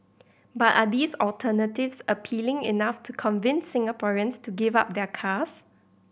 but are these alternatives appealing enough to convince Singaporeans to give up their cars